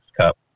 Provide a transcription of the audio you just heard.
Cup